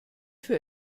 für